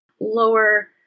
lower